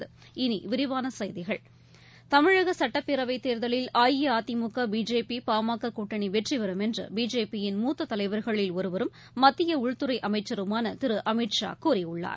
இனி விரிவான செய்திகள் தமிழக சட்டப்பேரவைத் தேர்தலில் அஇஅதிமுக பிஜேபி பாமக கூட்டணி வெற்றி பெறும் என்று பிஜேபியின் மூத்த தலைவர்களில் ஒருவரும் மத்திய உள்துறை அமைச்சருமான திரு அமித் ஷா கூறியுள்ளார்